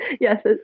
Yes